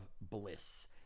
bliss